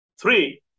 Three